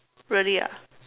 really ah